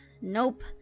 Nope